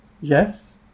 yes